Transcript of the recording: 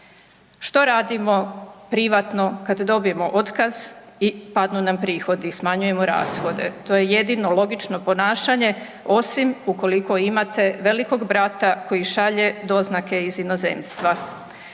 Što radimo privatno, kad dobijemo otkaz i padnu nam prihodi? Smanjujemo rashode. To je jedino logično ponašanje, osim ukoliko imate velikog brata koji šalje doznake iz inozemstva.